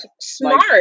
smart